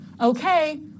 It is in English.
okay